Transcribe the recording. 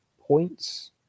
points